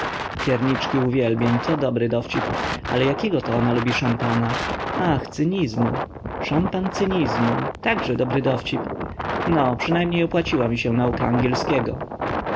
pierniczki uwielbień to dobry dowcip ale jakiegoto ona lubi szampana ach cynizmu szampan cynizmu także dobry dowcip no przynajmniej opłaciła mi się nauka angielskiego